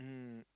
mm